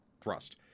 thrust